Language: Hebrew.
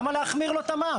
למה להחמיר לו את המס,